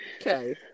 okay